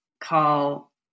call